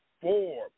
four